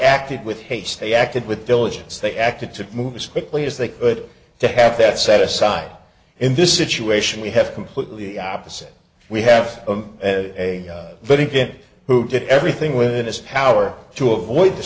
acted with haste they acted with diligence they acted to move as quickly as they could to have that set aside in this situation we have completely opposite we have as a victim who did everything within his power to avoid the